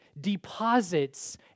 deposits